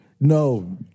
no